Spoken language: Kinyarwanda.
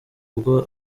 ubwo